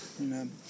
Amen